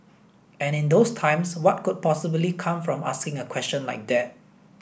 and in those times what could possibly come from asking a question like that